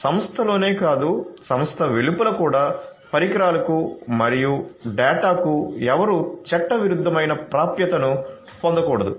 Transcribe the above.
సంస్థలోనే కాదు సంస్థ వెలుపల కూడా పరికరాలకు మరియు డేటాకు ఎవరూ చట్టవిరుద్ధమైన ప్రాప్యతను పొందకూడదు